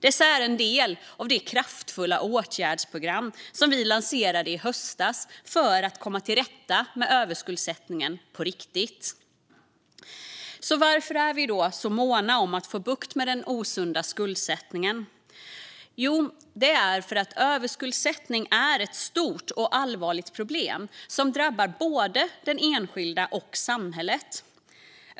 Dessa är en del av det kraftfulla åtgärdsprogram som vi lanserade i höstas för att komma till rätta med överskuldsättningen på riktigt. Varför är vi då så måna om att få bukt med den osunda skuldsättningen? Jo, det är för att överskuldsättning är ett stort och allvarligt problem som drabbar både den enskilda och samhället.